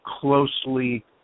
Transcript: closely